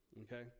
okay